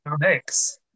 Thanks